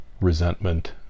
resentment